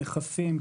נכסים,